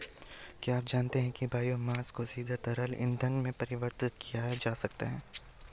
क्या आप जानते है बायोमास को सीधे तरल ईंधन में परिवर्तित किया जा सकता है?